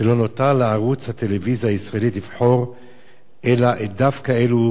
שלא נותר לערוץ הטלוויזיה הישראלית לבחור אלא דווקא אלו